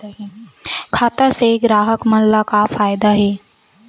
खाता से ग्राहक मन ला का फ़ायदा हे?